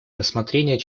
рассмотрение